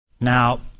Now